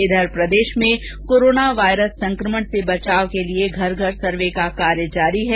इधर प्रदेश में कोरोना वाइरस संक्रमण से बचाव के लिए घर घर सर्वे का कार्य जारी है